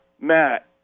Matt